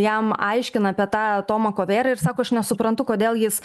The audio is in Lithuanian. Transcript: jam aiškina apie tą tomą kovėrą ir sako aš nesuprantu kodėl jis